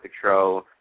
control